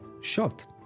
shot